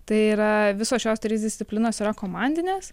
tai yra visos šios trys disciplinos yra komandinės